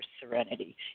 serenity